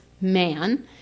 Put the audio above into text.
man